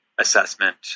assessment